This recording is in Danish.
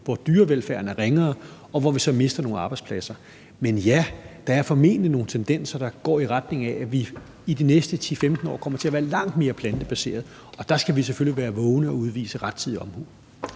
hvor dyrevelfærden er ringere, og at vi så mister nogle arbejdspladser. Men ja, der er formentlig nogle tendenser, der går i retning af, at det i de næste 10-15 år kommer til at være langt mere plantebaseret, og der skal vi selvfølgelig være vågne og udvise rettidig omhu.